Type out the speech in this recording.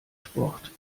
sport